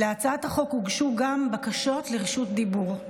להצעת החוק הוגשו גם בקשות לרשות דיבור.